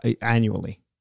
annually